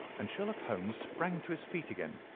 and sherlock holmes sprang to his feet again.